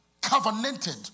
covenanted